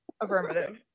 affirmative